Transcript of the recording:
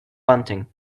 bunting